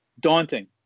daunting